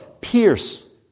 pierce